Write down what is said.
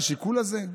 על השיקול הזה?